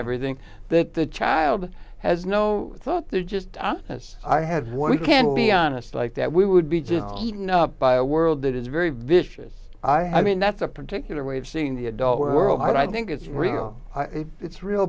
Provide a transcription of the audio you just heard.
everything that the child has no thought there just as i had what we can't be honest like that we would be just eaten up by a world that is very vicious i mean that's a particular way of seeing the adult world i think it's real it's real